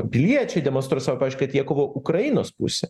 piliečiai demonstruoja savo pavyzdžiu kad jie kovoja ukrainos pusėje